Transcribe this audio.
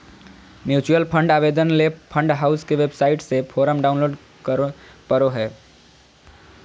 mutual fund आवेदन ले fund house के वेबसाइट से फोरम डाऊनलोड करें परो हय